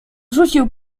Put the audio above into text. rzucił